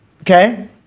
Okay